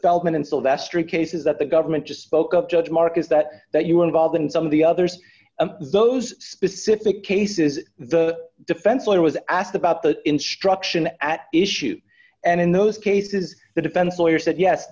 feldman and sylvestre cases that the government just spoke of judge mark is that that you were involved in some of the others those specific cases the defense lawyer was asked about the instruction at issue and in those cases the defense lawyer said yes